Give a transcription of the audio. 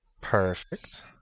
Perfect